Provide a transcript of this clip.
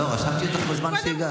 רשמתי אותך בזמן שהגעת.